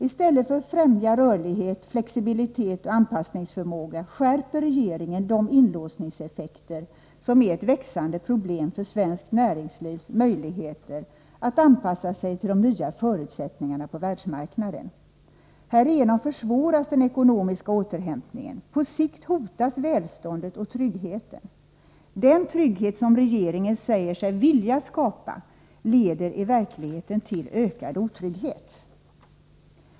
I stället för att främja rörlighet, flexibilitet och anpassningsförmåga åstadkommer regeringen en skärpning i fråga om de inlåsningseffekter som är ett växande problem för svenskt näringslivs möjligheter att anpassa sig till de nya förutsättningarna på världsmarknaden. Härigenom försvåras den ekonomiska återhämtningen. På sikt hotas välståndet och tryggheten. Den trygghet som regeringen säger sig vilja skapa, leder i verkligheten till ökad otrygghet.